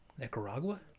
Nicaragua